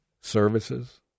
Services